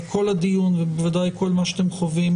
הלכנו לאיפה שצריך,